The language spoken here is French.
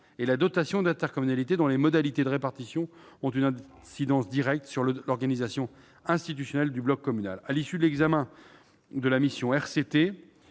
et la dotation d'intercommunalité, dont les modalités de répartition ont une incidence directe sur l'organisation institutionnelle du bloc communal. À l'issue de l'examen de la mission RCT,